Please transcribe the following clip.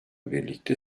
birlikte